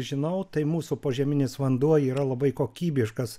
žinau tai mūsų požeminis vanduo yra labai kokybiškas